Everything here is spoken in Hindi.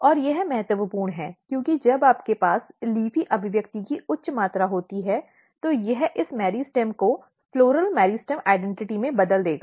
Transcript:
और यह महत्वपूर्ण है क्योंकि जब आपके पास LEAFY अभिव्यक्ति की उच्च मात्रा होती है तो यह इस मेरिस्टेम को फ़्लॉरल मेरिस्टम पहचान में बदल देगा